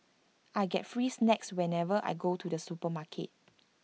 I get free snacks whenever I go to the supermarket